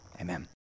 Amen